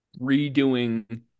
redoing